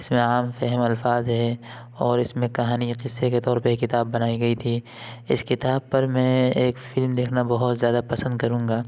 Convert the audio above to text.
اس میں عام فہم الفاظ ہیں اور اس میں کہانی یا قصے کے طور پہ یہ کتاب بنائی گئی تھی اس کتاب پر میں ایک فلم دیکھنا بہت زیادہ پسند کروں گا